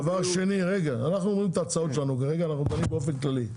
כרגע אנחנו אומרים את ההצעות שלנו באופן כללי.